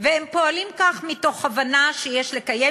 והם פועלים כך מתוך הבנה שיש לקיים